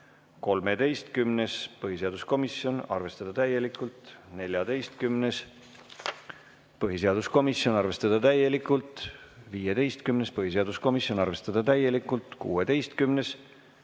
13., põhiseaduskomisjonilt, arvestada täielikult. 14., põhiseaduskomisjonilt, arvestada täielikult. 15., põhiseaduskomisjonilt, arvestada täielikult. 16.,